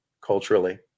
culturally